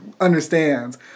understands